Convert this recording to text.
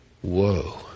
whoa